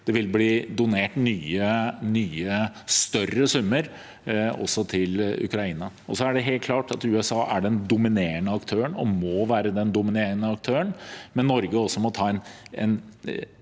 det vil bli donert nye, større summer til Ukraina. Det er helt klart at USA er den dominerende aktøren og må være den dominerende aktøren, men Norge må også ta en